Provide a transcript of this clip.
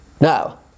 Now